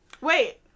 Wait